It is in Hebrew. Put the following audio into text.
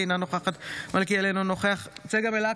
אינה נוכחת שלי טל מירון,